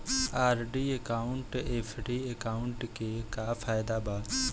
RD आउर FD के का फायदा बा?